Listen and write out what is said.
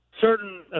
certain